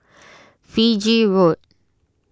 Fiji Road